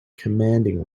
commanding